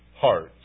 hearts